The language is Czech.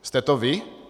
Jste to vy?